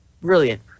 Brilliant